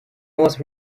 most